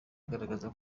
agaragaza